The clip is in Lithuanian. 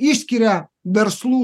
išskiria verslų